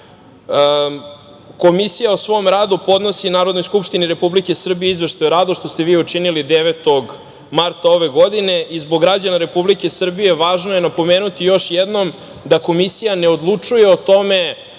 izveštaj o radu što podnosi Narodnoj skupštini Republike Srbije izveštaj o radu, što ste vi i učinili 9. marta ove godine i zbog građana Republike Srbije važno je napomenuti još jednom da Komisija ne odlučuje o tome